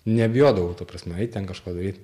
nebijodavau ta prasme eit ten kažką daryt